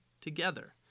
together